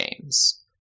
games